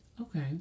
okay